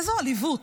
איזו עליבות,